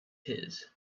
his